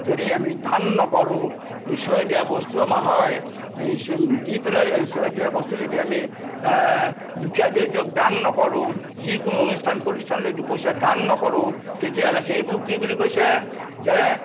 যদি আমি দান নকৰোঁ ঈশ্বৰে দিয়া বস্তু আমাৰ হয় দি পেলাই ঈশ্বৰ দিয়া বস্তু যদি আমি দুখীয়া দৰিদ্ৰক দান নকৰোঁ যিকোনো অনুষ্ঠান প্ৰতিষ্ঠানলৈ দুপইচা দান নকৰোঁ তেতিয়াহ'লে সেইবোৰ কি বুলি কৈছে যে